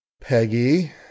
Peggy